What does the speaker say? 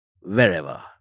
wherever